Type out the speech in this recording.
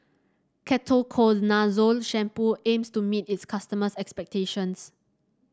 Ketoconazole Shampoo aims to meet its customers' expectations